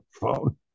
phone